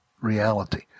reality